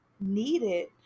needed